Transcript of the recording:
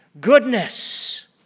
Goodness